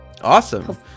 awesome